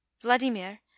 Vladimir